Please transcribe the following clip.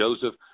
Joseph